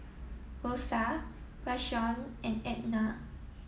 Rosa Rashawn and Ednah